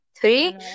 Three